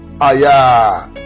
Aya